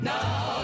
Now